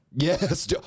yes